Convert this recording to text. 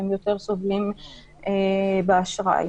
שהם יותר סובלים בעניין האשראי.